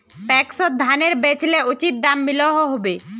पैक्सोत धानेर बेचले उचित दाम मिलोहो होबे?